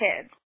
kids